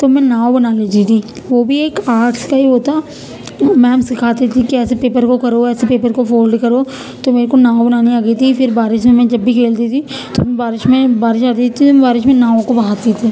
تو میں ناؤ بنا لیتی تھی وہ بھی ایک آرٹس کا ہی ہوتا میم سکھاتی تھیں کہ ایسے پیپر کو کرو ایسے پیپر کو فولڈ کرو تو میرے کو ناؤ بنانی آ گئی تھی پھر بارش میں میں جب بھی کھیلتی تھی تو میں بارش میں بارش آتی تھی تو میں ناؤ کو بہاتی تھی